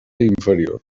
inferior